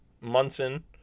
Munson